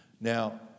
Now